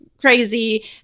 crazy